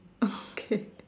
okay